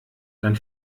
dann